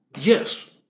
yes